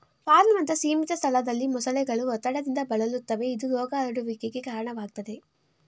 ಫಾರ್ಮ್ನಂತ ಸೀಮಿತ ಸ್ಥಳದಲ್ಲಿ ಮೊಸಳೆಗಳು ಒತ್ತಡದಿಂದ ಬಳಲುತ್ತವೆ ಇದು ರೋಗ ಹರಡುವಿಕೆಗೆ ಕಾರಣವಾಗ್ತದೆ